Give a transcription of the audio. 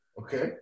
Okay